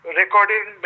recording